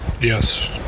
Yes